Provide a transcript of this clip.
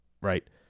right